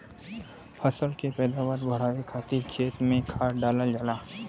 फसल के पैदावार बढ़ावे खातिर खेत में खाद डालल जाला